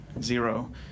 zero